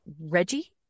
Reggie